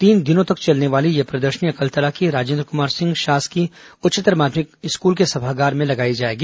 तीन दिनों तक चलने वाली यह प्रदर्शनी अलकतरा के राजेन्द्र कुमार सिंह शासकीय उच्चतर माध्यमिक स्कूल के सभागार में लगाई जाएगी